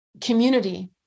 community